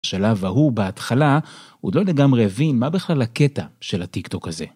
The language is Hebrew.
בשלב ההוא, בהתחלה, עוד לא לגמרי הבין מה בכלל הקטע של הטיקטוק הזה.